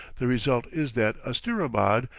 the result is that asterabad,